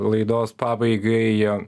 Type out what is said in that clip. laidos pabaigai